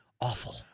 awful